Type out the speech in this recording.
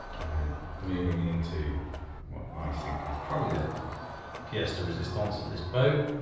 and then moving into what i think is probably that piece de resistance of this boat,